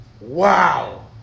Wow